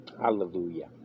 Hallelujah